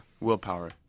Willpower